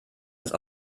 als